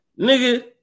Nigga